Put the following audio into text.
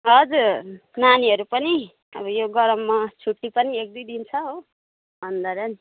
हजुर नानीहरू पनि अब यो गरममा छुट्टी पनि एक दुई दिन छ हो अन्त र नि